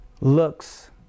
looks